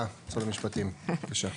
משרד המשפטים, בבקשה.